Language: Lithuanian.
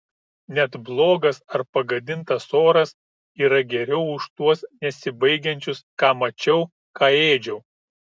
net blogas ar pagadintas oras yra geriau už tuos nesibaigiančius ką mačiau ką ėdžiau